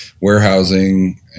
warehousing